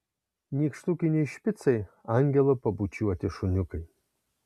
nykštukiniai špicai angelo pabučiuoti šuniukai